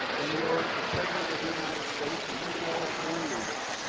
when you are the president of the united states, and you call a foreign leader,